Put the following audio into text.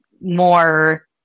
more